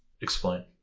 Explain